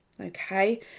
okay